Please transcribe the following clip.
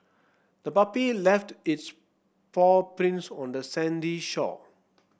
the puppy left its paw prints on the sandy shore